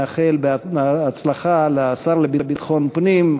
אני מאחל הצלחה לשר לביטחון פנים,